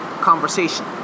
Conversation